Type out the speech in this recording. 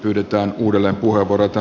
ryhdytään uudelleen urkureita